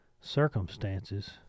circumstances